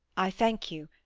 i thank you.